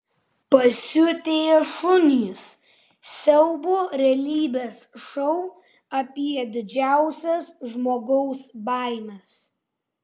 pasiutę šunys siaubo realybės šou apie didžiausias žmogaus baimes